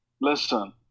listen